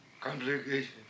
complication